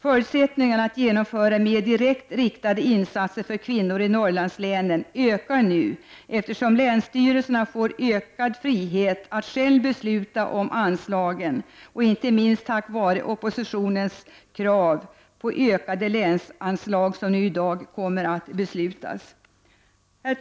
Förutsättningarna att genomföra mer direkt riktade insatser för kvinnor i Norrlandslänen ökar nu, eftersom länsstyrelserna får ökad frihet att själva besluta om anslagen, inte minst tack vare oppositionens krav på ökade länsanslag som kommer att beslutas nu.